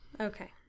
Okay